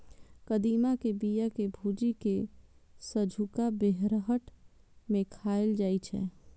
कदीमा के बिया कें भूजि कें संझुका बेरहट मे खाएल जाइ छै